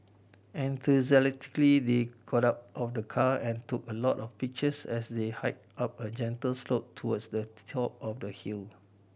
enthusiastically they got up of the car and took a lot of pictures as they hiked up a gentle slope towards the top of the hill